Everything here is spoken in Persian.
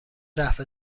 رفع